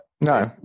No